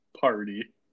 party